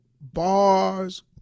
bars